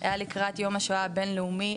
היה לקראת יום השואה הבינלאומי,